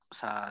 sa